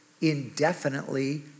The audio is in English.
indefinitely